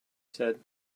said